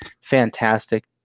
fantastic